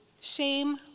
Shame